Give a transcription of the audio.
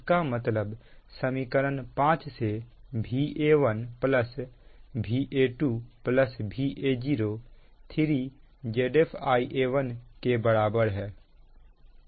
इसका मतलब समीकरण 5 से Va1 Va2 Va0 3 Zf Ia1 के बराबर है